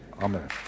Amen